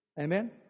Amen